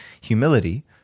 humility